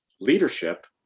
leadership